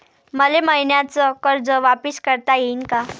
मले मईन्याचं कर्ज वापिस करता येईन का?